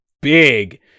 big